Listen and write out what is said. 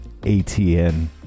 ATN